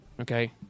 Okay